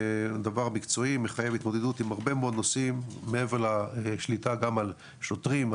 דבר מקצועי שמחייב התמודדות עם הרבה מאוד נושאים מעבר לשליטה גם שוטרים,